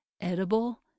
edible